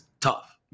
tough